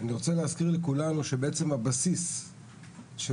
אני רוצה להזכיר לכולנו שבעצם הבסיס של